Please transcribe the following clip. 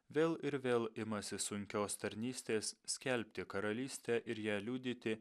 vėl ir vėl imasi sunkios tarnystės skelbti karalystę ir ją liudyti